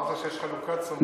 אמרת שיש חלוקת סמכויות.